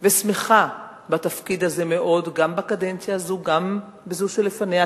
ושמחה בתפקיד הזה מאוד גם בקדנציה הזו וגם בזו שלפניה,